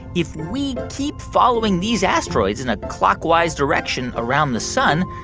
if we keep following these asteroids in a clockwise direction around the sun,